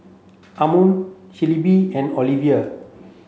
Ammon Shelbi and Oliva